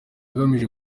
agamije